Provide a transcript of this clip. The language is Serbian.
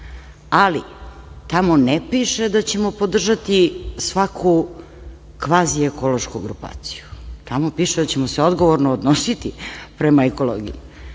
Tamo ne piše da ćemo podržati svaku kvaziekološku grupaciju. Tamo piše da ćemo se odgovorno odnositi prema ekologiji.